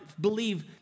believe